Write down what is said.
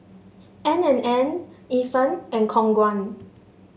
N and N Ifan and Khong Guan